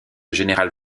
général